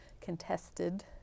contested